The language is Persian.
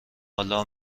حالا